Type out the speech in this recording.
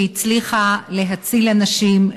שהצליחה להציל אנשים,